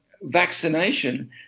vaccination